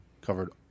covered